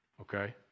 Okay